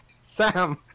Sam